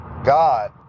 God